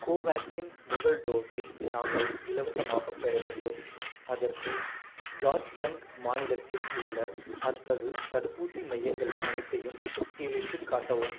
கோவேக்சின் முதல் டோஸை நாங்கள் இலவசமாகப் பெற வேண்டும் அதற்கு ஜார்ஜ்கண்ட் மாநிலத்தில் உள்ள அத்தகு தடுப்பூசி மையங்கள் அனைத்தையும் பட்டியலிட்டுக் காட்டவும்